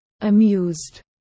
Amused